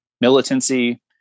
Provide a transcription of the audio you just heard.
militancy